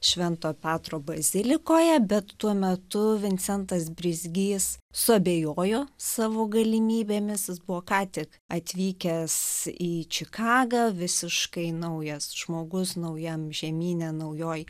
švento petro bazilikoje bet tuo metu vincentas brizgys suabejojo savo galimybėmis jis buvo ką tik atvykęs į čikagą visiškai naujas žmogus naujam žemyne naujoj